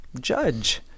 judge